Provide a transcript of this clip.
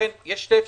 לכן יש שתי אפשרויות: